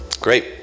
great